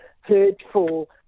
hurtful